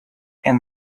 and